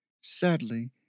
Sadly